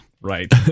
right